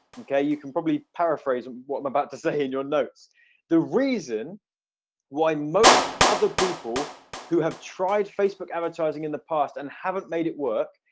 okay? you can probably paraphrase what i'm about to say in your notes the reason why most other people who have tried facebook advertising in the past and haven't made it work?